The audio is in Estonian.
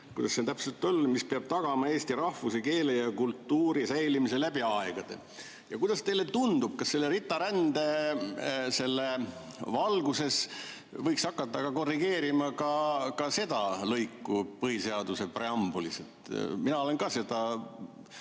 kuidas see täpselt oli? ... mis peab tagama eesti rahvuse, keele ja kultuuri säilimise läbi aegade. Kuidas teile tundub, kas selle RITA-rände valguses võiks hakata korrigeerima ka seda lõiku põhiseaduse preambulis? Mina olen ka seda